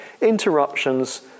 Interruptions